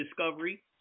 discovery